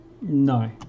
No